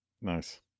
Nice